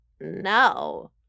no